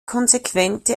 konsequente